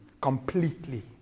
completely